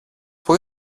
πού